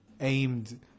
aimed